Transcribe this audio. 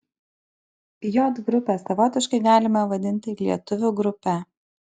j grupę savotiškai galime vadinti lietuvių grupe